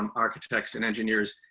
um architects and engineers,